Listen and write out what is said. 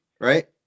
right